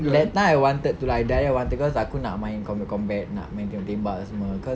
that time I wanted to lah I die want to cause aku nak main combat combat nak main tembak-tembak semua cause